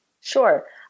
Sure